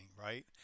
right